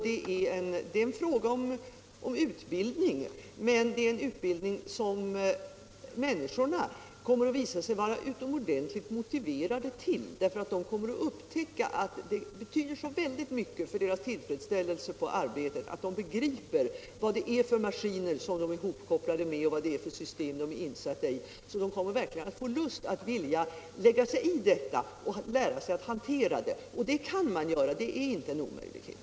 Det är en fråga om utbildning, men det är en utbildning som människorna kommer att visa sig vara utomordentligt motiverade för därför att de kommer att upptäcka hur mycket det betyder för deras tillfredsställelse i arbetet att de begriper vad det är för maskiner de är kopplade med och vad det är för system de är placerade i. De kommer då verkligen att få lust att sätta sig in i detta och lära sig hantera det. Detta kan man genomföra. Det är ingen omöjlighet.